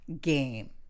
game